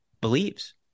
believes